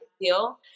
deal